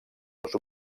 els